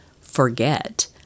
forget